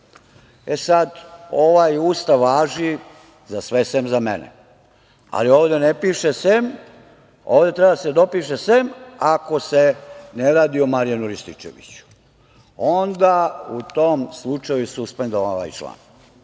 sad, ovaj Ustav važi za sve, sem za mene. Ali, ovde ne piše sem, ovde treba da se dopiše - sem ako se ne radi o Marijanu Rističeviću. Onda, u tom slučaju suspendovan